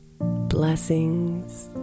Blessings